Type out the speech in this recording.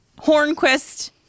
Hornquist